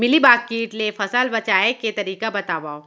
Mealybug किट ले फसल बचाए के तरीका बतावव?